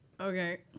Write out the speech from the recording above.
Okay